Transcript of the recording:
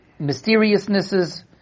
mysteriousnesses